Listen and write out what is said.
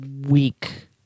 week